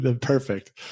Perfect